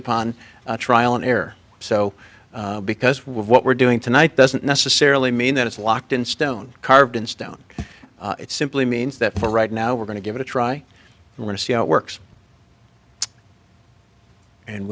upon trial and error so because what we're doing tonight doesn't necessarily mean that it's locked in stone carved in stone it simply means that for right now we're going to give it a try and see how it works and